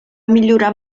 millorar